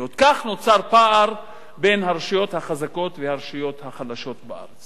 כך נוצר פער בין הרשויות החזקות לרשויות החלשות בארץ.